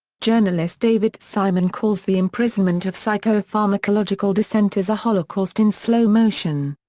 journalist david simon calls the imprisonment of psychopharmacological dissenters a holocaust in slow motion.